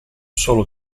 solo